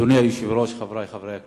אדוני היושב-ראש, חברי חברי הכנסת,